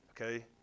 okay